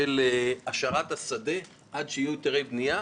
את השארת השדה עד שיהיו היתרי בנייה,